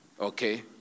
Okay